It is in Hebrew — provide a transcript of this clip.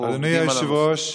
אדוני היושב-ראש,